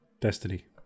Destiny